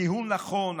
ניהול נכון,